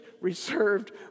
reserved